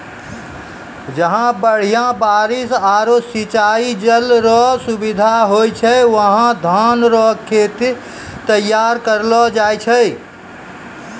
जहां बढ़िया बारिश आरू सिंचाई जल रो सुविधा होय छै वहां धान रो खेत तैयार करलो जाय छै